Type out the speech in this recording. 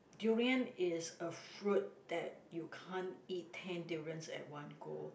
durian is a fruit that you can't eat ten durians at one go